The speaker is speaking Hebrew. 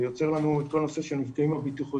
זה יוצר לנו את כל הנושא של מפגעים בטיחותיים,